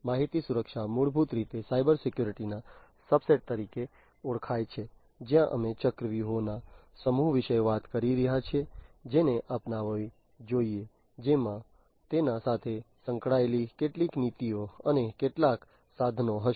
માહિતી સુરક્ષા મૂળભૂત રીતે સાયબરસિક્યુરિટી ના સબસેટ તરીકે ઓળખાય છે જ્યાં અમે વ્યૂહરચનાઓના સમૂહ વિશે વાત કરી રહ્યા છીએ જેને અપનાવવી જોઈએ જેમાં તેની સાથે સંકળાયેલી કેટલીક નીતિઓ અને કેટલાક સાધનો હશે